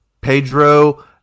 Pedro